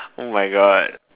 oh my God